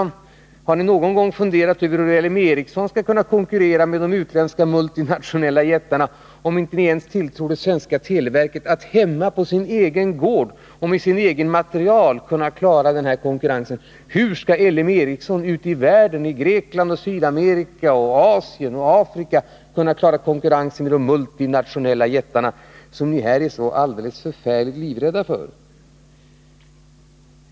Jag frågar: Har ni någon gång funderat över hur L M Ericsson skall kunna konkurrera med de utländska multinationella jättarna, om ni inte ens tilltror det svenska televerket att hemma på sin egen gård och med sitt eget material klara konkurrensen? Hur skall ÅL M Ericsson ute i världen — i Grekland, Sydamerika, Asien och Afrika — kunna klara konkurrensen med de multinationella jättarna, som ni i det här fallet är så förfärligt livrädda för?